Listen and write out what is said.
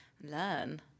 learn